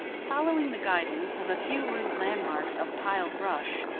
following the guidance of a few rude landmarks of piled brush,